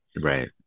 Right